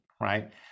right